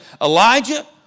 Elijah